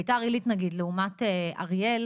ביתר עילית לדוגמא לעומת אריאל,